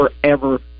Forever